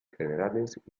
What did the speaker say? generales